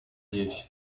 dié